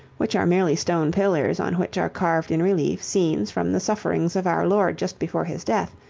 which are merely stone pillars on which are carved in relief scenes from the sufferings of our lord just before his death,